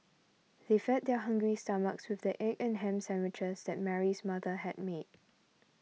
they fed their hungry stomachs with the egg and ham sandwiches that Mary's mother had made